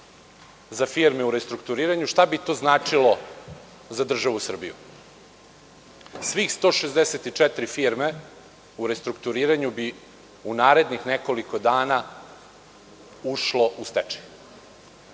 za firme u restrukturiranju, šta bi to značilo za državu Srbiju? Svih 164 firme u restrukturiranju bi u narednih nekoliko dana ušlo u stečaj. Po